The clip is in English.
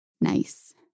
nice